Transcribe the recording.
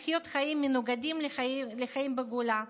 לחיות חיים מנוגדים לחיים בגולה,